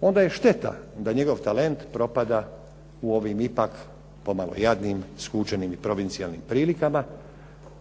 onda je šteta da njegov talent propada u ovim ipak pomalo jadnim, skučenim i provincijalnim prilikama